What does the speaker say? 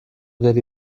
داری